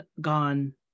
gone